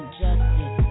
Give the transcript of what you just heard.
justice